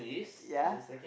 ya